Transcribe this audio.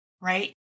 right